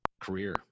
career